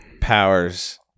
powers